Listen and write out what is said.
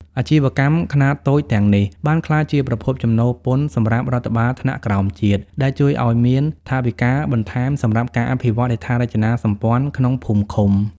អាជីវកម្មខ្នាតតូចទាំងនេះបានក្លាយជាប្រភពចំណូលពន្ធសម្រាប់រដ្ឋបាលថ្នាក់ក្រោមជាតិ ដែលជួយឱ្យមានថវិកាបន្ថែមសម្រាប់ការអភិវឌ្ឍហេដ្ឋារចនាសម្ព័ន្ធក្នុងភូមិឃុំ។